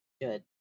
Good